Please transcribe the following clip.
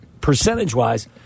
percentage-wise